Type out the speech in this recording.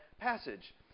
passage